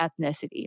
ethnicity